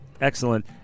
excellent